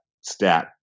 stat